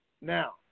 Now